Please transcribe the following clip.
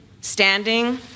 standing